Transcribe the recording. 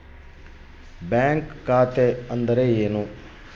Bank ಖಾತೆ ಅಂದರೆ ಏನು?